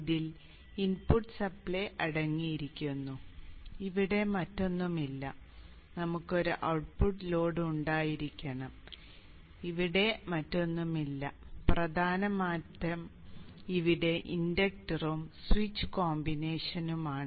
ഇതിൽ input supply അടങ്ങിയിരിക്കുന്നു അവിടെ മാറ്റമൊന്നുമില്ല നമുക്ക് ഒരു ഔട്ട്പുട്ട് ലോഡ് ഉണ്ടായിരിക്കണം അവിടെ മാറ്റമൊന്നുമില്ല പ്രധാന മാറ്റം ഇവിടെ ഇൻഡക്ടറും സ്വിച്ച് കോമ്പിനേഷനുമാണ്